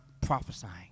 prophesying